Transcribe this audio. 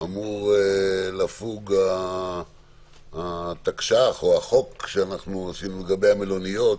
אמור לפוג התקש"ח או החוק שעשינו לגבי המלוניות,